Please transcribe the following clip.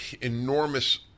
enormous